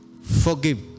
Forgive